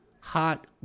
hot